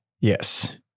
yes